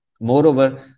Moreover